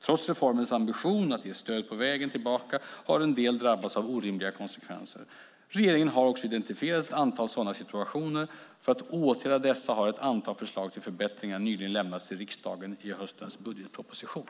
Trots reformens ambition att ge stöd på vägen tillbaka har en del drabbats av orimliga konsekvenser. Regeringen har också identifierat ett antal sådana situationer. För att åtgärda dessa har ett antal förslag till förbättringar nyligen lämnats till riksdagen i höstens budgetproposition.